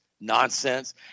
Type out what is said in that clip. nonsense